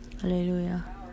hallelujah